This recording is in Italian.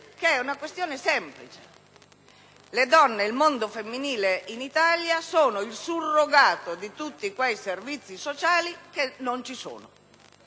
La questione è che le donne ed il mondo femminile in Italia sono il surrogato di tutti quei servizi sociali che non ci sono,